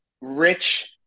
rich